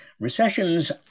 Recessions